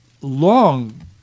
long